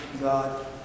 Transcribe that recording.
God